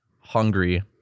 hungry